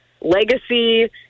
legacy